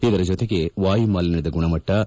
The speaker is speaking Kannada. ಇದರ ಜೊತೆಗೆ ವಾಯುಮಾಲಿನ್ನದ ಗುಣಮಟ್ಲ